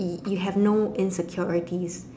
you have no insecurities